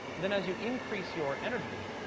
then as you increase your energy,